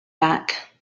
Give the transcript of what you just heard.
back